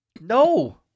No